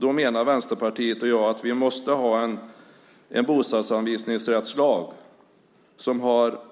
Då menar Vänsterpartiet och jag att vi måste ha en bostadsanvisningsrättslag och ha